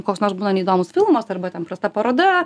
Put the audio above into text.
koks nors būna neįdomus filmas arba ten prasta paroda